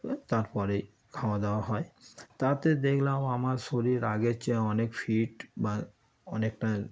ধুয়ে তার পরেই খাওয়া দাওয়া হয় তাতে দেখলাম আমার শরীর আগের চেয়ে অনেক ফিট বা অনেকটা